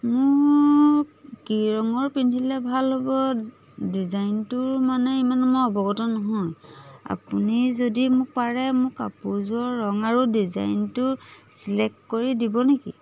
মোৰ কি ৰঙৰ পিন্ধিলে ভাল হ'ব ডিজাইনটোৰ মানে ইমান মই অৱগত নহয় আপুনি যদি মোক পাৰে মোৰ কাপোৰযোৰৰ ৰং আৰু ডিজাইনটো চিলেক্ট কৰি দিব নেকি